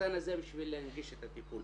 הקטן הזה, בשביל להנגיש את הטיפול.